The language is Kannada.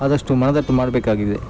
ಆದಷ್ಟು ಮನದಟ್ಟು ಮಾಡಬೇಕಾಗಿದೆ